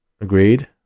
Agreed